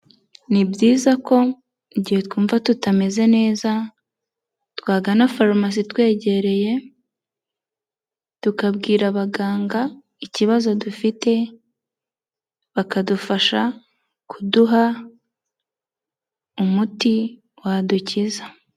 Ni byiza ko igihe twumva tutameze neza, twagana Farumasi itwegereye, tukabwira abaganga ikibazo dufite, bakadufasha kuduha umuti wadukiza.